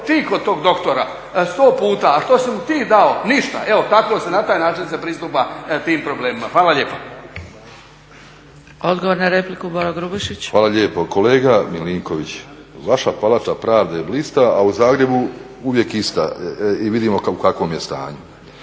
ti kod tog doktora? 100 puta. A što si mu ti dao? Ništa. evo na takav način se pristupa tim problemima. Hvala lijepa. **Zgrebec, Dragica (SDP)** Odgovor na repliku Boro Grubišić. **Grubišić, Boro (HDSSB)** Hvala lijepo. Kolega MIlinković, vaša palača pravde blista, a u Zagrebu uvijek ista i vidimo u kakvom je stanju.